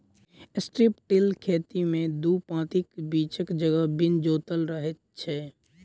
strip till खेती मे दू पाँतीक बीचक जगह बिन जोतल रहैत छै